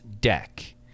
deck